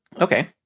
Okay